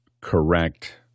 correct